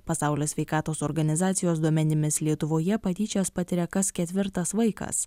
pasaulio sveikatos organizacijos duomenimis lietuvoje patyčias patiria kas ketvirtas vaikas